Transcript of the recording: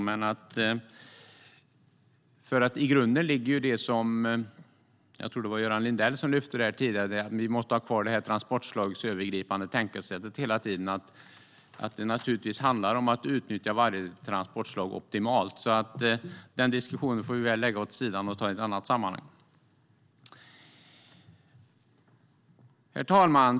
Jag tror att det var Göran Lindell som tidigare lyfte fram att vi hela tiden måste ha kvar det transportslagsövergripande tänkesättet. Det handlar om att utnyttja varje transportslag optimalt. Den diskussionen får vi lägga åt sidan och ta i ett annat sammanhang. Herr talman!